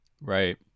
Right